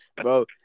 bro